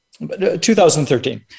2013